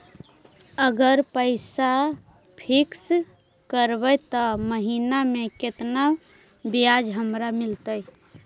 अगर पैसा फिक्स करबै त महिना मे केतना ब्याज हमरा मिलतै?